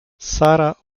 sara